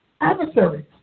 adversaries